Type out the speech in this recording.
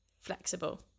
flexible